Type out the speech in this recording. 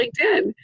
LinkedIn